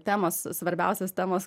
temos svarbiausios temos